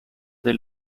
dei